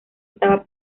estaba